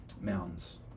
mountains